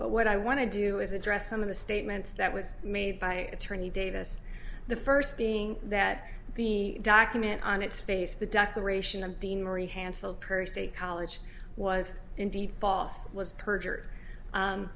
but what i want to do is address some of the statements that was made by attorney davis the first being that the document on its face the declaration of deanery hansell per state college was indeed false was perjur